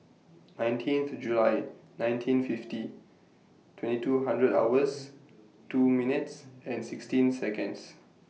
nineteenth July nineteen fifty twenty two hundred hours two minutes and sixteen Seconds